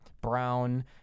brown